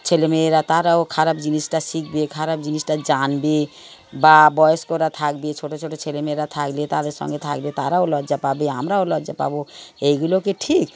ছেলেমেয়েরা তারাও খারাপ জিনিসটা শিখবে খারাপ জিনিসটা জানবে বা বয়স্করা থাকবে ছোট ছোট ছেলেমেয়েরা থাকলে তাদের সঙ্গে থাকলে তারাও লজ্জা পাবে আমরাও লজ্জা পাব এইগুলো কি ঠিক